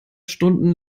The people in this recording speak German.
stunden